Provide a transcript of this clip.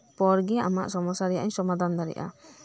ᱯᱚᱨ ᱮ ᱟᱢᱟᱜ ᱥᱚᱢᱚᱥᱥᱟ ᱨᱮᱱᱟᱜ ᱤᱧ ᱥᱚᱢᱟᱫᱷᱟᱱ ᱫᱟᱲᱮᱭᱟᱜᱼᱟ